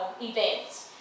event